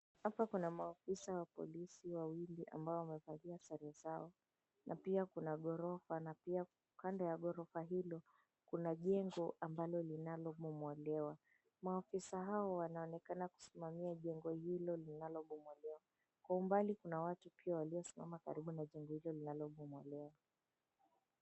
Hapa kuna maafisa wa polisi wawili ambao wamevalia sare zao na pia kuna ghorofa na kando ya ghorofa hilo kuna jengo ambalo linalobomolewa. Maafisa hao wanaonekana kusimamia jengo hilo ambalo linabomolewa. Kwa umbali pia kuna watu waliosimama kando ya jengo hilo linalobomolewa.